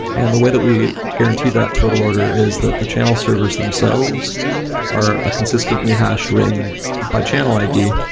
and the way that we guarantee that total order is that the channel servers themselves are a consistently hashed ring by channel id.